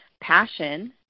Passion